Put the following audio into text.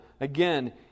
Again